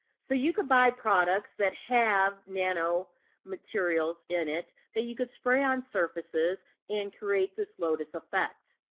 so you could buy products that have nanomaterials in it that you could spray on surfaces and create this lotus effect.